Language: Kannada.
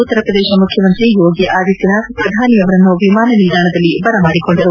ಉತ್ತರ ಪ್ರದೇಶ ಮುಖ್ಯಮಂತ್ರಿ ಯೋಗಿ ಆದಿತ್ಯನಾಥ್ ಪ್ರಧಾನಿಯವರನ್ನು ವಿಮಾನ ನಿಲ್ದಾಣದಲ್ಲಿ ಬರಮಾಡಿಕೊಂಡರು